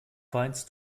weinst